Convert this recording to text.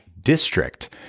district